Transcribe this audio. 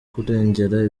kurengera